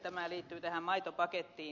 tämä liittyy tähän maitopakettiin